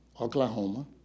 Oklahoma